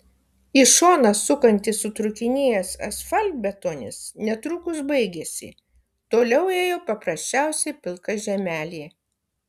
į šoną sukantis sutrūkinėjęs asfaltbetonis netrukus baigėsi toliau ėjo paprasčiausia pilka žemelė